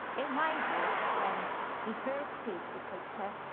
in my book, when he first sees the picture,